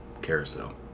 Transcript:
Carousel